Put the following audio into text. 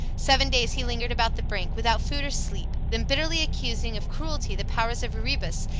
seven days he lingered about the brink, without food or sleep then bitterly accusing of cruelty the powers of erebus,